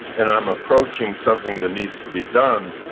and i'm approaching something that needs to be done,